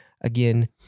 again